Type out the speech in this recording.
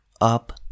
up